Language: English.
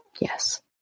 Yes